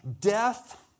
Death